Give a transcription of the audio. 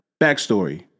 Backstory